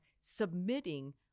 submitting